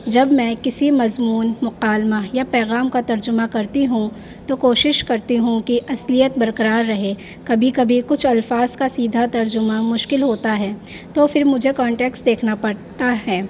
جب میں کسی مضمون مکالمہ یا پیغام کا ترجمہ کرتی ہوں تو کوشش کرتی ہوں کہ اصلیت برقرار رہے کبھی کبھی کچھ الفاظ کا سیدھا ترجمہ مشکل ہوتا ہے تو پھر مجھے کانٹیکسٹ دیکھنا پڑتا ہے